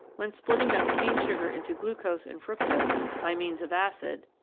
when splitting up cane sugar into glucose and fructose by means of acid,